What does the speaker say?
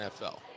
NFL